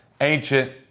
ancient